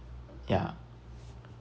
yeah